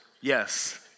yes